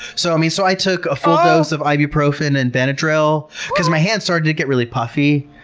so um yeah so i took a full dose of ibuprofen and benadryl because my hand started to get really puffy.